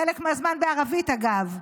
חלק מהזמן בערבית, אגב,